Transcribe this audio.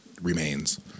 remains